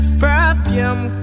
perfume